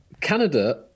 Canada